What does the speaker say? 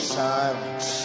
silence